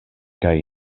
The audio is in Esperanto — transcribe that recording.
kaj